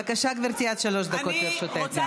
בבקשה, גברתי, עד שלוש דקות לרשותך.